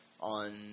on